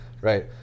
right